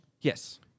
Yes